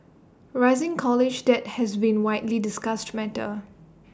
rising college debt has been widely discussed matter